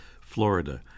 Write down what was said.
Florida